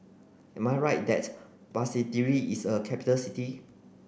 am I right that Basseterre is a capital city